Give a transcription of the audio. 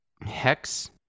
Hex